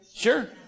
Sure